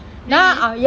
really